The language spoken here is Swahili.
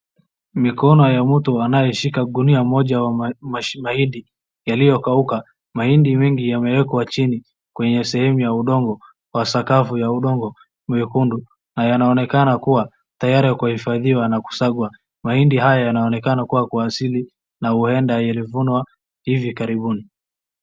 Mikono ya mtu anayeshika gunia moja wa mahindi yaliyokauka. Mahindi mingi yamewekwa chini kwenye sehemu ya udogo wa sakafu ya udogo mwekundu na yanaonekana kuwa tayari kuifadhiwa na kusagwa. Mahindi haya yanaonekana kuwa kwa asili na huenda ilivunwa hivi karibuni.